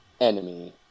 enemy